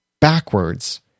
backwards